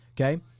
Okay